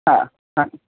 हां हां